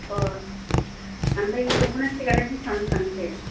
अ ओमफ्राय दख'ना सेकआलाय बिसिबां बिसिबांथो